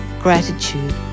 Gratitude